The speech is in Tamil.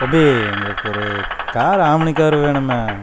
தம்பி எங்களுக்கு ஒரு கார் ஆம்னி கார் வேணுமே